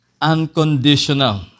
unconditional